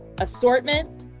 assortment